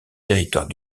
territoire